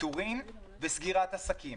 פיטורים וסגירת עסקים.